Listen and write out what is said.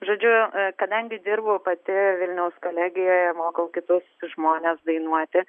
žodžiu kadangi dirbu pati vilniaus kolegijoje mokau kitus žmones dainuoti